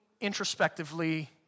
introspectively